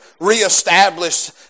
reestablished